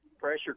pressure